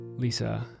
Lisa